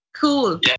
Cool